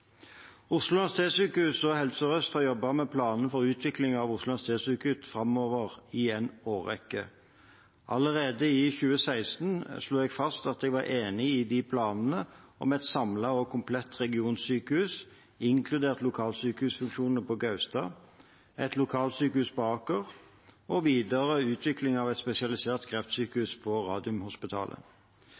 Oslo universitetssykehus og Helse Sør-Øst har i en årrekke jobbet med planene for utviklingen av Oslo universitetssykehus framover. Allerede i 2016 slo jeg fast at jeg var enig i planene om et samlet og komplett regionsykehus, inkludert lokalsykehusfunksjonene på Gaustad, et lokalsykehus på Aker og videre utvikling av et spesialisert kreftsykehus på Radiumhospitalet.